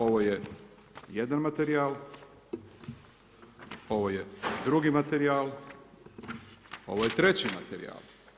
Ovo je jedan materijal, ovo je drugi materijal, ovo je treći materijal.